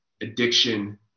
addiction